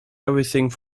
everything